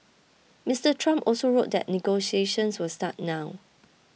Mister Trump also wrote that negotiations will start now